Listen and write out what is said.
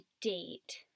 date